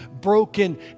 broken